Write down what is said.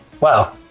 Wow